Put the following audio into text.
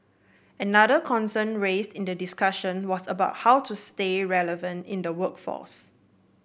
another concern raised in the discussion was about how to stay relevant in the workforce